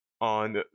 on